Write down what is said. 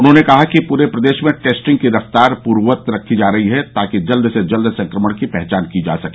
उन्होंने कहा कि पूरे प्रदेश में टेस्टिंग की रफ़्तार पूर्ववत रखी जा रही है ताकि जल्द से जल्द संक्रमण की पहचान की जा सके